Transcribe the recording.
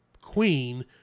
queen